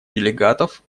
делегатов